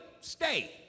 stay